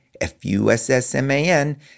F-U-S-S-M-A-N